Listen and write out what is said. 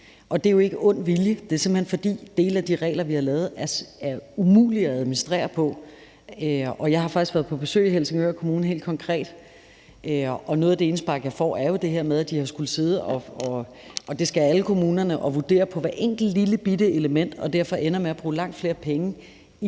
Det er simpelt hen, fordi dele af de regler, vi har lavet, er umulige at administrere. Jeg har faktisk helt konkret været på besøg i Helsingør Kommune, og noget af det indspark, jeg får, er jo det her med, at de har skullet sidde – og det skal alle kommunerne – og vurdere på hver enkelt lillebitte element og derfor ender med at bruge langt flere penge